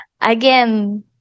again